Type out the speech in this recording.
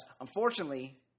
Unfortunately